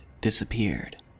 disappeared